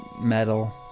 metal